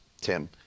Tim